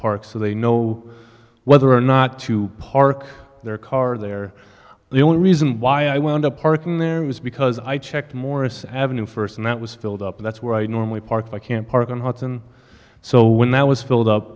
park so they know whether or not to park their car there the only reason why i wound up parking there was because i checked morris avenue first and that was filled up that's where i normally park i can't park on hudson so when that was filled up